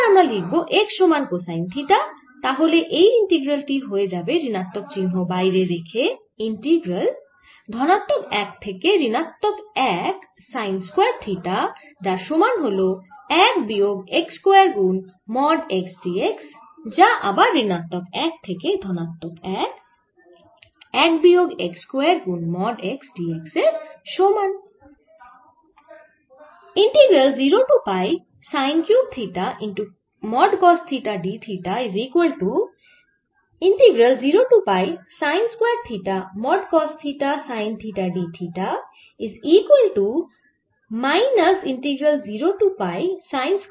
এবার আমরা লিখব x সমান কোসাইন থিটা তাহলে এই ইন্টিগ্রাল টি হয়ে যাবে ঋণাত্মক চিহ্ন বাইরে রেখে ইন্টিগ্রাল ধনাত্মক 1 থেকে ঋণাত্মক 1 সাইন স্কয়ার থিটা যার সমান হল 1 বিয়োগ x স্কয়ার গুন মড x d x যা আবার ঋণাত্মক 1 থেকে ধনাত্মক 1 1 বিয়োগ x স্কয়ার গুন মড x d x এর সমান